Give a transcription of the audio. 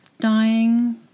Dying